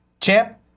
Champ